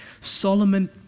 Solomon